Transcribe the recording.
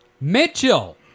Mitchell